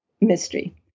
mystery